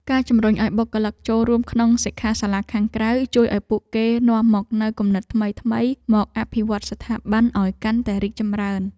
ការជំរុញឱ្យបុគ្គលិកចូលរួមក្នុងសិក្ខាសាលាខាងក្រៅ ជួយឱ្យពួកគេនាំមកនូវគំនិតថ្មីៗមកអភិវឌ្ឍស្ថាប័នឱ្យកាន់តែរីកចម្រើន។